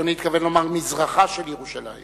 אדוני התכוון לומר מזרחה של ירושלים.